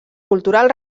cultural